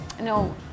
No